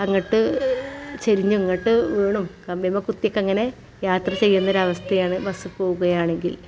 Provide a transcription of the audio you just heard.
അങ്ങോട്ട് ചെരിഞ്ഞ് ഇങ്ങോട്ട് വീണും കമ്പിമ്മെ കുത്തി ഒക്കെ അങ്ങനെ യാത്ര ചെയ്യുന്ന ഒരവസ്ഥയാണ് ബസ്സിൽ പോവുകയാണെങ്കിൽ